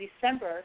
December